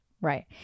Right